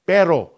Pero